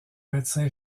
médecin